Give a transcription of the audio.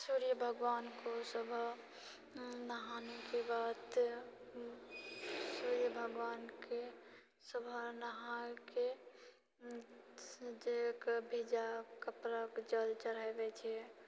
सूर्य भगवान को सुबह नहानेके बाद सूर्य भगवानके सुबह नहायके देहके भिजा कपड़ाके जल चढ़ाबैत छियै